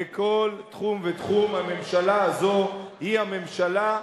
בכל תחום ותחום, הממשלה הזאת היא הממשלה,